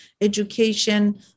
education